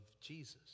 Jesus